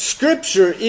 Scripture